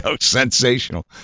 sensational